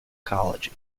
ecology